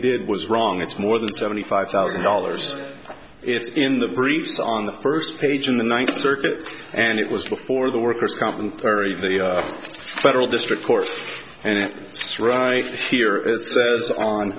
did was wrong it's more than seventy five thousand dollars it's in the briefs on the first page in the ninth circuit and it was before the workers comp and carry the federal district court and it right here it says on